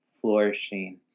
flourishing